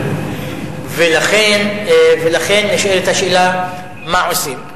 לכן נשאלת השאלה מה עושים.